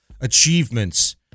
achievements